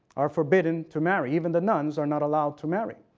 are forbidden to marry. even the nuns are not allowed to marry.